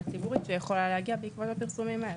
ציבורית שיכולה להגיע בעקבות הפרסומים האלה.